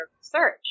search